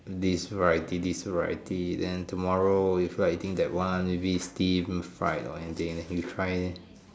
this variety this variety then tomorrow you feel like eating that one maybe steamed fried or anything that you try